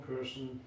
person